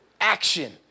action